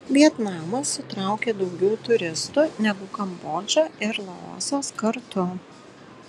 vietnamas sutraukia daugiau turistų negu kambodža ir laosas kartu